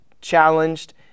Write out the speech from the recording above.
challenged